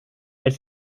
elle